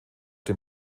den